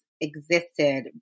existed